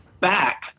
back